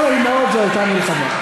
ועבור כל האימהות זאת הייתה מלחמה.